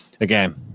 again